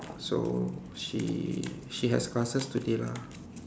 so she she has classes today lah